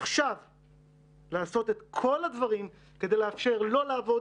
עכשיו לעשות את כל הדברים כדי לאפשר לו לעבוד